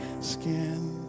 skin